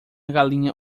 galinha